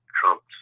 Trump's